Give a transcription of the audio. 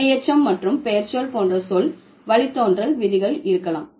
வினையெச்சம் மற்றும் பெயர்ச்சொல் போன்ற சொல் வழித்தோன்றல் விதிகள் இருக்கலாம்